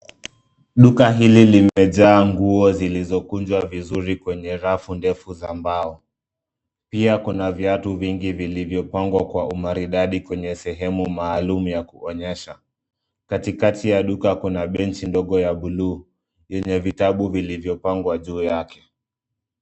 Duka hili limejaa nguo zilizokunjwa vizuri kwenye rafu ndefu za mbao. Pia kuna viatu vingi vilivyopangwa kwa umaridadi kwenye sehemu maalum ya kuonyesha. Katikati ya duka kuna benchi ndogo ya buluu, yenye vitabu vilivyopangwa juu yake.